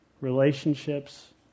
relationships